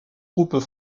groupes